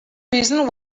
reason